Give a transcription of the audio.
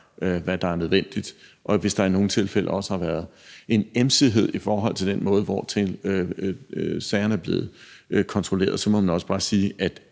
hvad der er nødvendigt. Hvis der i nogle tilfælde har været en emsighed i forhold til den måde, hvorpå sagerne er blevet kontrolleret, så må man også bare sige,